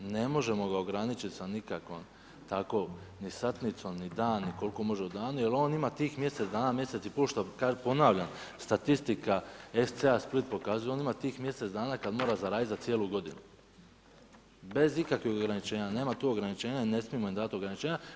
Ne možemo ga ograničiti s nikakvom tako ni satnicom, ni dan i koliko može u danu, jer on ima tih mjesec dana, mjesec … Ponavljam statistika SC Split pokazuje, on ima tih mjesec dana kada mora zaraditi za cijelu godinu, bez ikakvih ograničenja, nema tu ograničenja i ne smijemo im dati ograničenja.